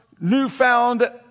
newfound